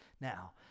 now